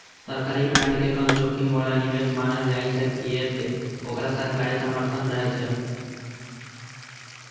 सरकारी बांड के कम जोखिम बला निवेश मानल जाइ छै, कियै ते ओकरा सरकारी समर्थन रहै छै